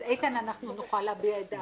אז, איתן, אנחנו נוכל להביע את דעתנו?